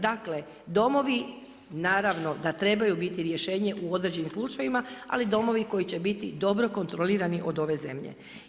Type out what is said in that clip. Dakle, domovi naravno da trebaju biti rješenje u određenim slučajevima, ali domovi koji će biti dobro kontrolirani od ove zemlje.